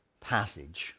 passage